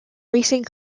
racing